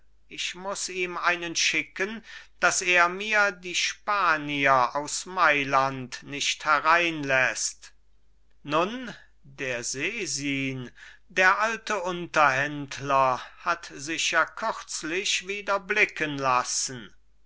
ich muß ihm einen schicken daß er mir die spanier aus mailand nicht hereinläßt nun der sesin der alte unterhändler hat sich ja kürzlich wieder blicken lassen